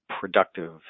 productive